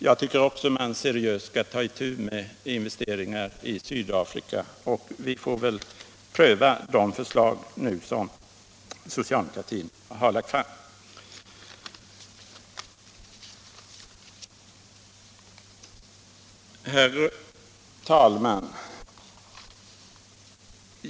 Jag tycker också att man seriöst skall ta itu med investeringarna i Sydafrika, och vi får väl nu pröva de förslag som socialdemokratin har lagt fram. Herr talman!